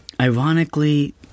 ironically